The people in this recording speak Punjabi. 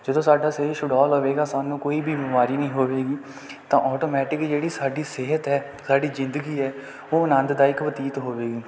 ਜਦੋਂ ਸਾਡਾ ਸਰੀਰ ਸ਼ੁਡੌਲ ਹੋਵੇਗਾ ਸਾਨੂੰ ਕੋਈ ਵੀ ਬਿਮਾਰੀ ਨਹੀਂ ਹੋਵੇਗੀ ਤਾਂ ਆਟੋਮੈਟਿਕ ਜਿਹੜੀ ਸਾਡੀ ਸਿਹਤ ਹੈ ਸਾਡੀ ਜ਼ਿੰਦਗੀ ਹੈ ਉਹ ਆਨੰਦਦਾਇਕ ਬਤੀਤ ਹੋਵੇਗੀ